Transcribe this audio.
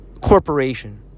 corporation